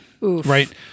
Right